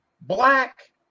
black